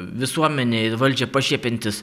visuomenę ir valdžią pašiepiantys